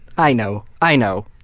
i know. i know.